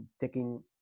taking